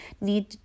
need